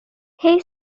সেই